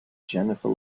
jennifer